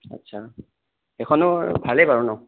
আচ্ছা এইখনো ভালে বাৰু ন'